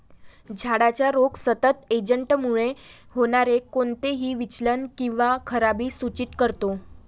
झाडाचा रोग सतत एजंटमुळे होणारे कोणतेही विचलन किंवा खराबी सूचित करतो